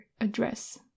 address